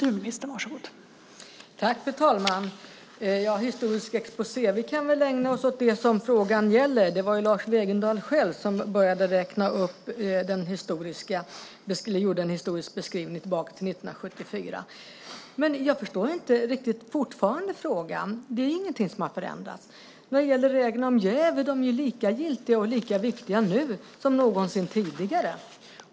Fru talman! Vi får väl se hur stor exposé det är. Vi kan väl ägna oss åt det som frågan gäller. Det var Lars Wegendal själv som började göra en historisk beskrivning tillbaka till år 1974. Jag förstår fortfarande inte frågan. Det är ingenting som har förändrats. Reglerna om jäv är lika giltiga och lika viktiga nu som någonsin tidigare.